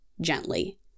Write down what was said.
gently